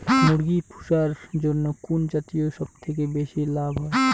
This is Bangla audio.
মুরগি পুষার জন্য কুন জাতীয় সবথেকে বেশি লাভ হয়?